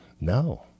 no